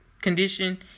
condition